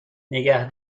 نگه